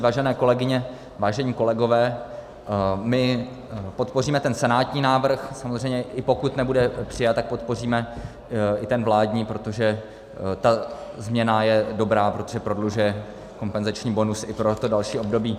Vážené kolegyně, vážení kolegové, my podpoříme ten senátní návrh samozřejmě, i pokud nebude přijat, tak podpoříme i ten vládní, protože ta změna je dobrá, protože prodlužuje kompenzační bonus i pro to další období.